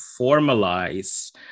formalize